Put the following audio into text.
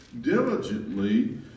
diligently